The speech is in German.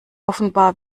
offenbar